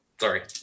sorry